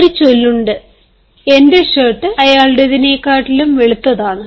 ഒരു ചൊല്ലുണ്ട് എന്റെ ഷർട്ട് നിങ്ങളുടേതിനേക്കാളും അയാളുടെതിനേക്കാളും വെളുത്തതാണ്